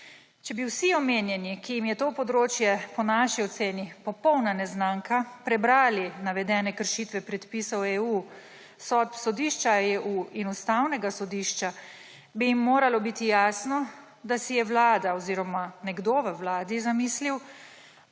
Če bi vsi omenjeni, ki jim je to področje – po naši oceni – popolna neznanka, prebrali navedene kršitve predpisov EU, sodb Sodišča Evropske unije in Ustavnega sodišča, bi jim moralo biti jasno, da si je vlada oziroma nekdo v vladi zamislil,